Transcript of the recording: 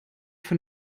von